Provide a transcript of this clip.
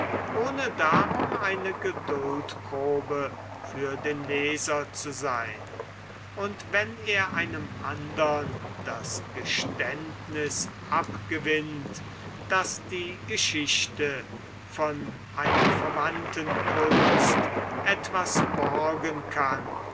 ohne darum eine geduldprobe für den leser zu sein und wenn er einem andern das geständniß abgewinnt daß die geschichte von einer verwandten kunst etwas borgen kann